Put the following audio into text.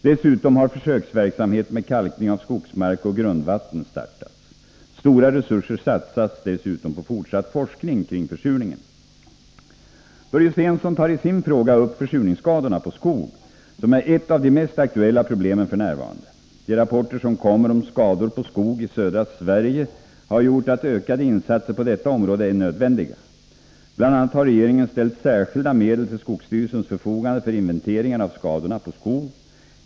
Dessutom har försöksverksamhet med kalkning av skogsmark och grundvatten startats. Stora resurser satsas dessutom på fortsatt forskning om försurningen. Börje Stensson tar i sin fråga upp försurningsskadorna på skog, som är ett av de mest aktuella problemen f. n. De rapporter som kommer om skador på skog i södra Sverige har gjort att ökade insatser på detta område är nödvändiga. Bl. a. har regeringen ställt särskilda medel till skogsstyrelsens förfogande för inventeringar av skadorna på skog.